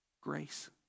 grace